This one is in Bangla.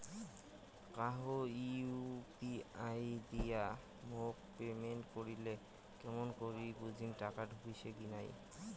কাহো ইউ.পি.আই দিয়া মোক পেমেন্ট করিলে কেমন করি বুঝিম টাকা ঢুকিসে কি নাই?